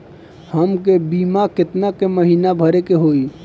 हमके बीमा केतना के महीना भरे के होई?